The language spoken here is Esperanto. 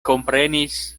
komprenis